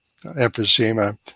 emphysema